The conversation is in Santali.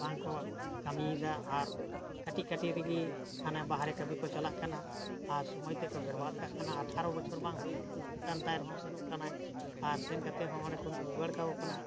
ᱵᱟᱝ ᱠᱚ ᱠᱟᱹᱢᱤᱭᱮᱫᱟ ᱟᱨ ᱠᱟᱹᱴᱤᱡ ᱠᱟᱹᱴᱤᱡ ᱨᱮᱜᱮ ᱦᱟᱱᱟ ᱵᱟᱦᱨᱮ ᱠᱟᱹᱢᱤ ᱠᱚ ᱪᱟᱞᱟᱜ ᱠᱟᱱᱟ ᱟᱨ ᱥᱳᱢᱳᱭ ᱛᱮᱠᱚ ᱵᱮᱨᱵᱟᱫ ᱠᱟᱜ ᱠᱟᱱᱟ ᱟᱴᱷᱟᱨᱚ ᱵᱚᱪᱷᱚᱨ ᱵᱟᱝ ᱦᱩᱭ ᱟᱠᱟᱱ ᱛᱟᱭ ᱨᱮᱦᱚᱸ ᱥᱮᱱᱚᱜ ᱠᱟᱱᱟᱭ ᱟᱨ ᱥᱮᱱ ᱠᱟᱛᱮᱫ ᱦᱚᱸ ᱚᱸᱰᱮ ᱠᱷᱚᱱ ᱠᱚ ᱨᱩᱣᱟᱹᱲ ᱠᱟᱠᱚ ᱠᱟᱱᱟ